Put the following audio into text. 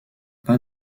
pas